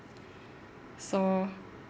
so